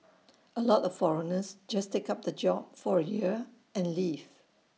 A lot of foreigners just take up the job for A year and leave